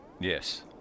yes